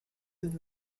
with